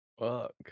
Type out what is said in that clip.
Fuck